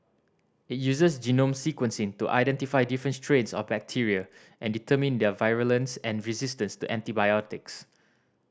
it uses genome sequencing to identify different strains of bacteria and determine their virulence and resistance to antibiotics